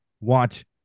watch